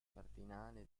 cardinale